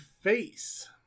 face